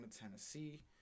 Tennessee